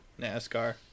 nascar